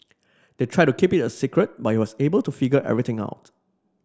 they tried to keep it a secret but he was able to figure everything out